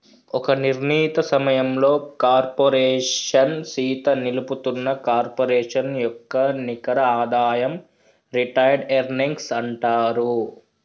ఒక నిర్ణీత సమయంలో కార్పోరేషన్ సీత నిలుపుతున్న కార్పొరేషన్ యొక్క నికర ఆదాయం రిటైర్డ్ ఎర్నింగ్స్ అంటారు